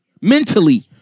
Mentally